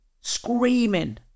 screaming